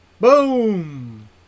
Boom